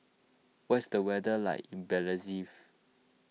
what is the weather like in Belize